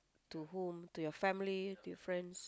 to whom to your family to your friends